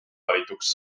valituks